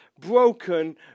broken